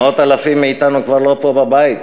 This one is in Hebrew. מאות אלפים מאתנו כבר לא פה בבית,